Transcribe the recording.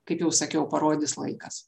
kaip jau sakiau parodys laikas